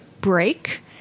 break